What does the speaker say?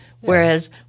whereas